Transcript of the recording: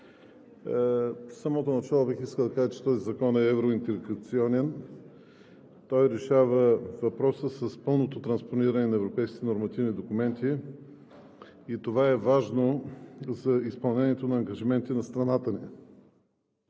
самото начало бих искал да кажа, че този закон е евроинтеграционен, той решава въпроса с пълното транспониране на европейските нормативни документи и това е важно за изпълнението на ангажиментите на страната ни.